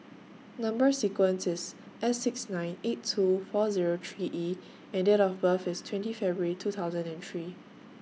Number sequence IS S six nine eight two four Zero three E and Date of birth IS twenty February two thousand and three